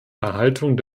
erhaltung